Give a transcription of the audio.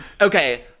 Okay